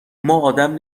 ادم